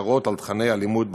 בקרה על תוכני הלימוד בבתי-הספר.